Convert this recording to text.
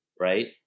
right